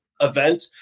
event